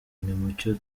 nimucyo